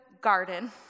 garden